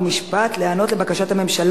אני יכול לענות במקום